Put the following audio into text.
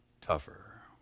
tougher